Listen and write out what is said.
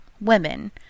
women